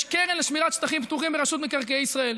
יש קרן לשמירת שטחים פתוחים ברשות מקרקעי ישראל.